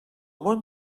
món